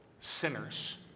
sinners